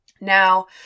Now